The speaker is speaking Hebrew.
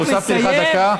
הוספתי לך דקה.